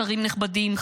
שרים נכבדים,